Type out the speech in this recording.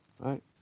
right